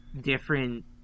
different